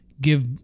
give